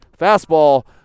fastball